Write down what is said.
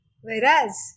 Whereas